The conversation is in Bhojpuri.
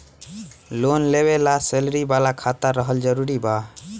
लोन लेवे ला सैलरी वाला खाता रहल जरूरी बा?